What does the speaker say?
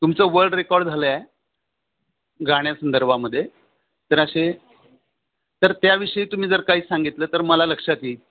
तुमचं world record झालंय गाण्या संदर्भामध्ये तर असे तर त्याविषयी तुम्ही जर काही सांगितलं तर मला लक्षात येईल